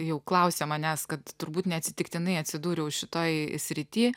jau klausė manęs kad turbūt neatsitiktinai atsidūriau šitoj srity